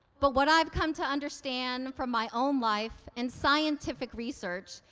but what i've come to understand from my own life and scientific research,